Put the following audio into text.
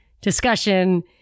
discussion